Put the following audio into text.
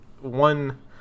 One